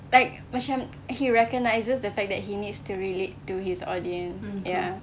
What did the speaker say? like macam he recognises the fact that he needs to relate to his audience